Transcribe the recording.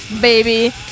baby